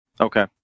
Okay